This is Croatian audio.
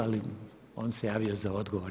Ali on se javio za odgovor.